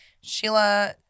Sheila